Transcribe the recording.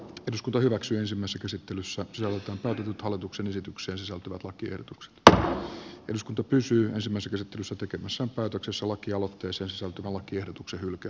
eduskunta hyväksyi ensimmäisen käsittelyssä kieltoon nyt voidaan hyväksyä tai hylätä lakiehdotus jonka sisällöstä päätettiin ensimmäisessä käsittelyssä tekemässä päätöksessä lakialoitteessa seutukaava kirjoituksen luke